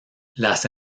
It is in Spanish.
las